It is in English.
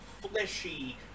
fleshy